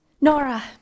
Nora